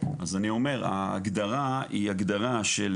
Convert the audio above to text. איך זה --- ההגדרה היא הגדרה גם של